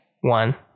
One